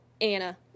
Anna